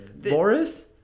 Boris